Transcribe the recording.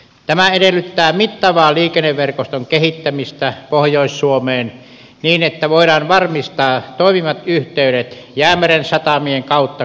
tämä edellyttää mittavaa liikenneverkoston kehittämistä pohjois suomeen niin että voidaan varmistaa toimivat yhteydet jäämeren satamien kautta kansainvälisille markkinoille